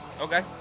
Okay